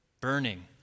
burning